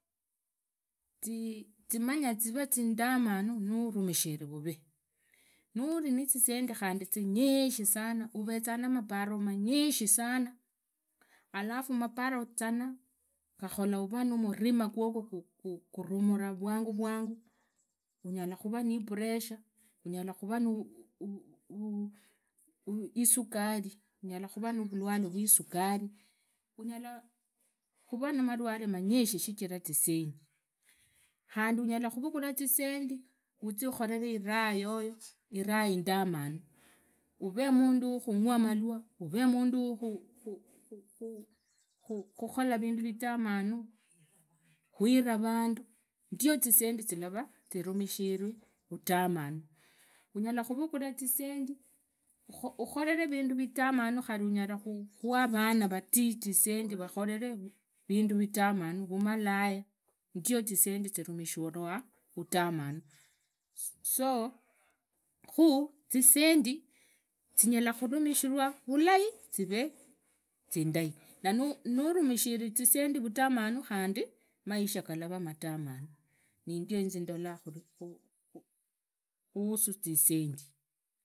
Zii zimanya zivee zindamanu nurumishire vuvee nuri nizisendi zinyishi sana uvezanga namabare zinyishishana alafu inyparo zana qakhola uvaa numurima qwoqwo qurumura vwanyavwangu unyala kuvaa niipuresha unyalu kuvaa nipuresha unyala kuvaa navulwale rwisuhiari unyala kuvaa na mabwale manyishi shichira zisendikhandi unyala khuvugula zisendi uzii ukholelee iraha yogo iraa indamanu uree mundu wakhungwa malwa uvemandu wakhukhola vindu vitamanu khuira vandu ndio zisendi zilavaa zirumishirwe vutamu. Unyala khuvugulazisendi uzii ukholelee vindu vitamanu khari unyala khuaa vana vati zisendi vakhololee vindu vitamanu vumalaya ndio zisendi zirumishirwa vutamanu.